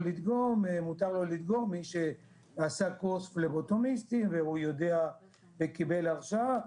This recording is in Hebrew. מותר לו לדגום מי שעשה קורס פלבוטומיסטים והוא יודע וקיבל הרשאה.